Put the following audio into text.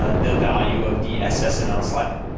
ah the value of the ss amount slider,